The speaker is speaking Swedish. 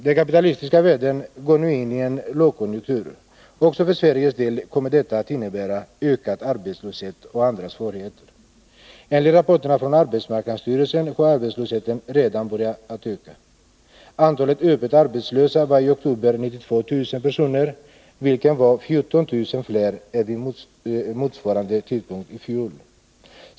Den kapitalistiska världen går nu in i en lågkonjunktur. Också för Sveriges del kommer detta att innebära en ökning av arbetslösheten och andra svårigheter. Enligt rapporterna från arbetsmarknadsstyrelsen har arbetslösheten redan börjat att öka. Antalet arbetslösa var i oktober 92 000 personer, vilket är 14 000 fler än vid motsvarande tidpunkt i fjol.